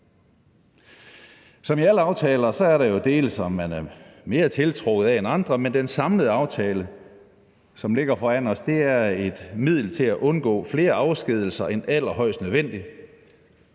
Som i alle aftaler er der jo dele, som man er mere tiltrukket af end andre, men den samlede aftale, som ligger foran os, er et middel til at undgå flere afskedigelser end allerhøjst nødvendigt.